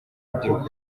urubyiruko